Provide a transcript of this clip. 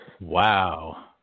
Wow